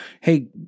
hey